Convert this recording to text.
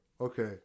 Okay